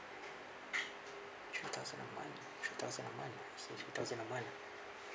three thousand a month three thousand a month so three thousand a month